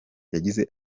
yagize